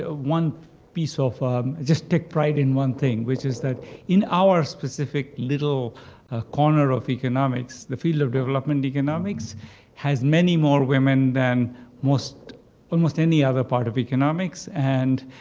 ah one piece of just take pride in one thing, which is that in our specific, little ah corner of economics, the field of development economics has many more women than almost any other part of economics. and